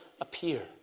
appear